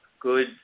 good